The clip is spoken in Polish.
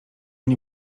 nie